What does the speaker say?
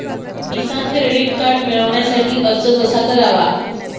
किसान credit card मिळवण्यासाठी अर्ज कसा करावा?